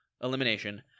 elimination